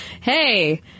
hey